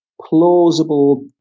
plausible